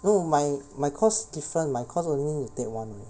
no my my course different my course only need to take one only